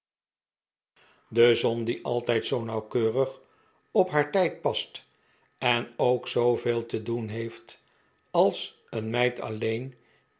de zon die altijd zoo nauwkeurig op haar tijd past en ook zooveel te doen heeft als een meid alleen